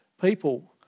People